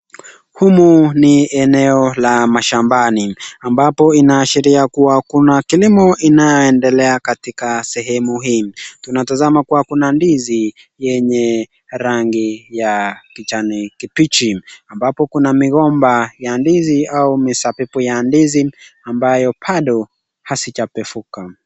Humu ni eneo la mashambani ambapo inaashiria kuwa kuna kilimo inayoendelea katika sehemu hii. Tunatasama kuwa kuna ndizi yenye rangi ya kijani kibichi ambapo kuna migomba ya ndizi au misabibu ya ndizi ambayo bado hazijapevuka.